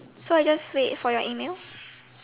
so I just wait for your emails